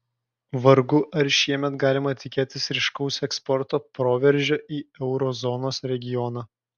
vargu ar šiemet galima tikėtis ryškaus eksporto proveržio į euro zonos regioną